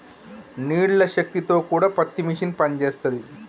నీళ్ల శక్తి తో కూడా పత్తి మిషన్ పనిచేస్తది